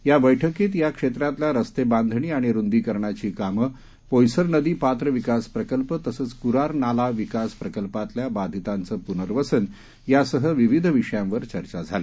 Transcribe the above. या बैठकीत या क्षेत्रातल्या रस्ते बांधणी आणि रुंदीकरणाची काम पोयसर नदी पात्र विकास प्रकल्प तसंच कुरार नाला विकास प्रकल्पातल्या बाधितांचं पुनर्वसन यासह विविध विषयांवर चर्चा झाली